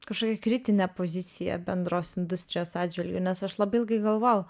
kažkokią kritinę poziciją bendros industrijos atžvilgiu nes aš labai ilgai galvojau